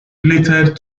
related